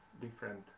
different